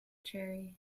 cherries